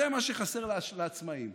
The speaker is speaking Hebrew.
זה מה שחסר לעצמאים,